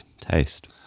taste